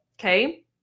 okay